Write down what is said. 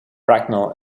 bracknell